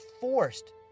forced